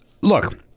Look